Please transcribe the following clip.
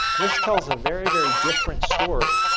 this tells a very, very different story.